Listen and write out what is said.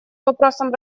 вопросам